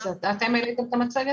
אסנת,